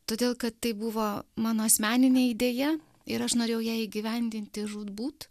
todėl kad tai buvo mano asmeninė idėja ir aš norėjau ją įgyvendinti žūtbūt